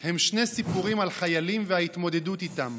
היא שני סיפורים על חיילים וההתמודדות איתם,